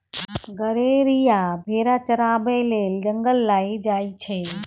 गरेरिया भेरा चराबै लेल जंगल लए जाइ छै